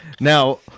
Now